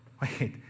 Wait